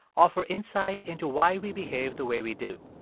offer insight into why we behave the way we do.